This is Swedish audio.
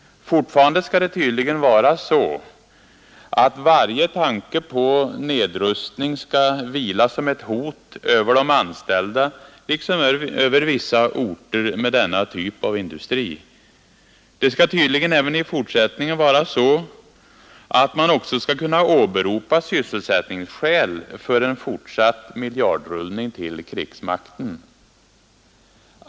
Fortfarande skall det tydligen vara så, att varje tanke på nedrustning skall vila som ett hot över de anställda liksom över vissa orter med denna typ av industri. Det skall tydligen även i fortsättningen vara så att man också skall kunna åberopa sysselsättningsskäl för en fortsatt miljardrullning till krigsmakten.